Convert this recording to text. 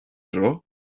dro